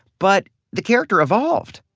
but the character evolved.